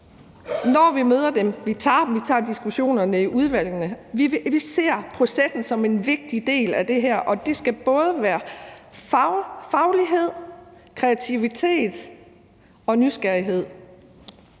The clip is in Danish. når vi møder dem. Vi tager diskussionerne i udvalgene. Vi ser processen som en vigtig del af det her, og der skal både være faglighed, kreativitet og nysgerrighed.